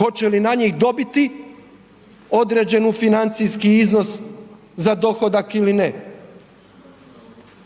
hoće li na njih dobiti određenu financijski iznos za dohodak ili ne.